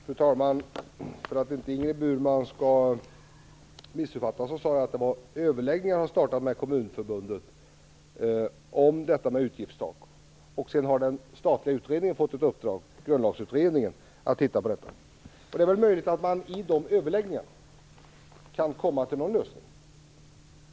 Fru talman! För att inte Ingrid Burman skall missuppfatta mig vill jag säga att det var överläggningar med Kommunförbundet om det här med utgiftstak som hade startat. Dessutom har den statliga utredningen, Grundlagsutredningen, fått i uppdrag att titta på detta. Det är möjligt att man i dessa överläggningar kan komma till någon lösning.